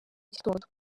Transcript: gitondo